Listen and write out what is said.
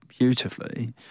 Beautifully